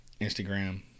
Instagram